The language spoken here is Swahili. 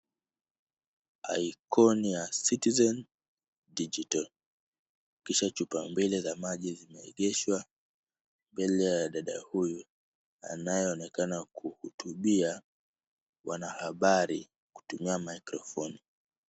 Ikoni ya Citizen Digital kisha chupa mbili za maji zimeegeshwa mbele ya dada huyu anayeonekana kuhutubia wanahabari kutumia microphone .